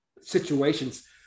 situations